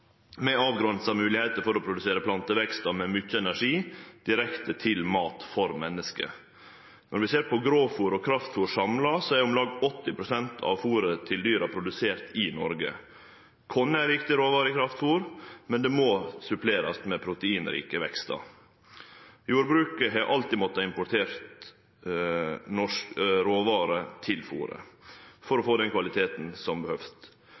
med avgrensa moglegheiter for å produsere plantevekstar med mykje energi direkte til mat for menneske. Når vi ser på grovfôr og kraftfôr samla, er om lag 80 pst. av fôret til dyra produsert i Noreg. Korn er ei viktig råvare i kraftfôr, men det må supplerast med proteinrike vekstar. Jordbruket har alltid måtta importere råvarer til fôret for å få den kvaliteten som